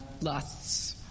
lusts